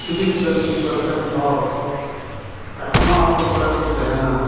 ᱛᱤᱨᱤᱥ ᱪᱚᱞᱞᱤᱥ ᱯᱟᱨᱥᱮᱱᱴ ᱦᱚᱲ ᱮᱠᱷᱚᱱᱳ ᱟᱛᱩ ᱠᱚᱨᱮ ᱠᱚ ᱛᱟᱦᱮᱸᱱᱟ